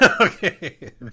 Okay